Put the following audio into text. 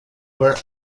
were